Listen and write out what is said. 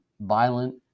violent